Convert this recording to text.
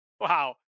Wow